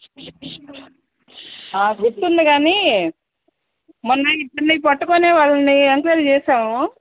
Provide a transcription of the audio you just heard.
గుర్తుంది కానీ మొన్న ఇద్దరిని పట్టుకుని వాళ్ళని ఎంక్వయిరీ చేసాము